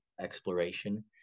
exploration